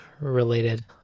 related